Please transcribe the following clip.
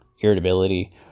irritability